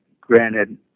granted